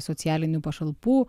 socialinių pašalpų